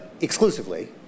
exclusively